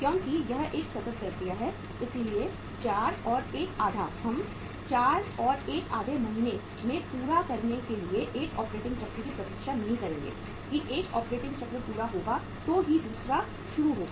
क्योंकि यह एक सतत प्रक्रिया है इसलिए 4 और एक आधा हम 4 और एक आधे महीने में पूरा करने के लिए एक ऑपरेटिंग चक्र की प्रतीक्षा नहीं करेंगे कि एक ऑपरेटिंग चक्र पूरा होगा तो ही दूसरा शुरू होगा